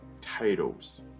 titles